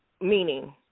Meaning